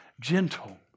gentle